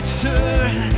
turn